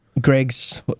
Greg's